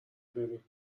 بریم